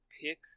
pick